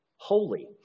holy